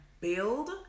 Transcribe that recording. build